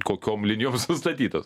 kokiom linijom sustatytos